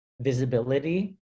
visibility